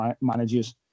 managers